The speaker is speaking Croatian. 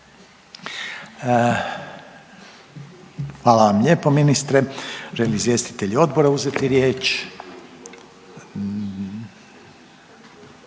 Hvala vam lijepo ministre. Želi li izvjestitelj odbora uzeti riječ?